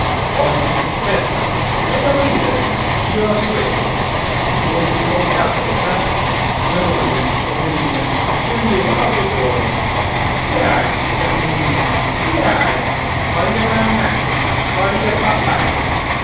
oggi è festa e vogliamo ridere io la sequestro sono di nuovo scapolo sa mia moglie poverina piangeva notte e giorno che hai carina mia che hai voglio mammà voglio papà